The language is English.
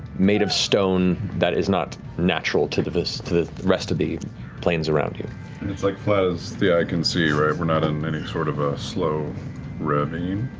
made of stone that is not natural to this, to the rest of the plains around you. travis and it's like flat as the eye can see right? we're not on any sort of a slow ravine?